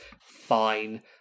fine